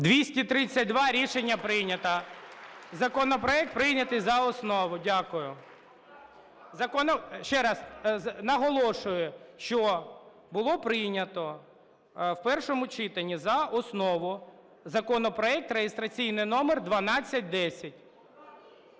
За-232 Рішення прийнято. Законопроект прийнятий за основу. Дякую. Ще раз, наголошую, що було прийнято в першому читанні за основу законопроект реєстраційний номер 1210.